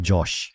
Josh